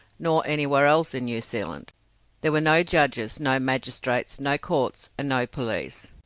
nor anywhere else in new zealand there were no judges, no magistrates, no courts, and no police.